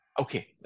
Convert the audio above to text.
Okay